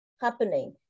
happening